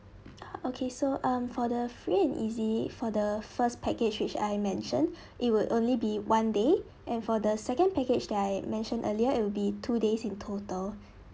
okay so um for the free and easy for the first package which I mentioned it would only be one day and for the second package that I mentioned earlier it' will be two days in total